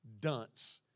dunce